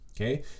okay